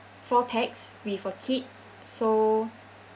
four pax with a kid so